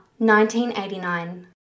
1989